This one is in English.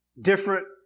Different